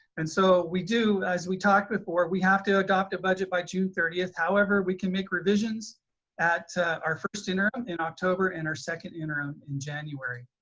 and so we do as we talked before, we have to adopt a budget by june thirtieth. however we can make revisions at our first interim in october and our second interim in january.